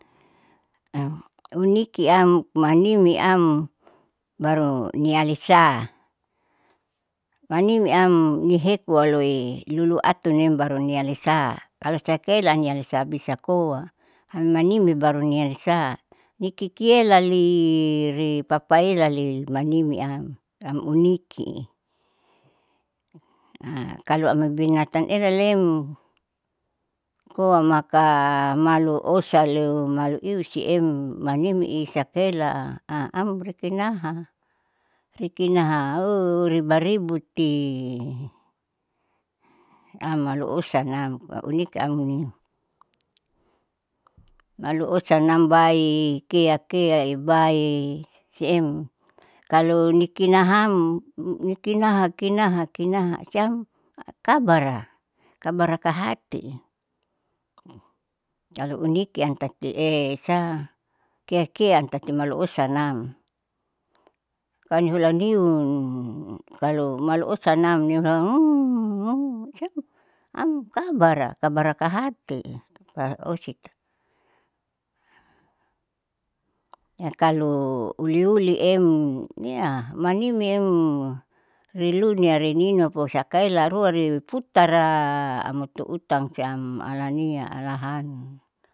unikiam manimiam baru nialisa, manimi am nihekualoi luluatunim baru nialisa kalo sakaela nialisa bisa koa manimi baru nialisa nikikielali ripapaela ri manimiam siam uniki. kalo amoi binatan esalem koa maka maluosalu maluilusiem manimi isakaela a amrekena'a kikinaha ohoo ribaributi amalu osanam aunikiam maluosanam bae, keakea ibae siem. Kalo nikinaham nikinaha kinaha kihana siam kabara, kabara kahati kalo unikiam tati ehesa keakean tati maluosanam kalo nihula hiun kalo malu osanam ne'e nihala huuu huu siam kabara kabara kahati laosiki. Ya kalo uliuliem nia manimiem rilunia reininuapo sakaela ruari putara amoto utang siam alania alahan.